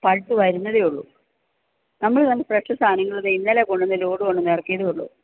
പഴുത്തു വരുന്നതേയുള്ളൂ നമ്മൾ നല്ല ഫ്രഷ് സാധനങ്ങൾ ഇതേ ഇന്നലെ കൊണ്ടു വന്ന് ലോഡ് വന്നിങ്ങിറക്കിയതേയുളളൂ